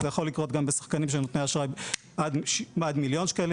וזה יכול לקרות גם בשחקנים נותני אשראי עד מיליון ₪,